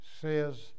says